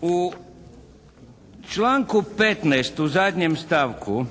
U članku 15. u zadnjem stavku